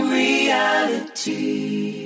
reality